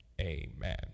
Amen